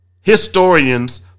historians